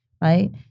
right